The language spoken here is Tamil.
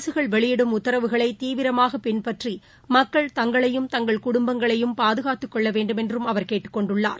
அரசுகள் வெளியிடும் உத்தரவுகளைதீவிரமாகபின்பற்றிமக்கள் தங்களையும் தங்கள் குடும்பங்களையும் பாதுகாத்துக் கொள்ளவேண்டுமென்றுஅவர் கேட்டுக் கொண்டுள்ளார்